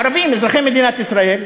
ערבים אזרחי מדינת ישראל,